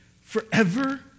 forever